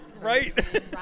Right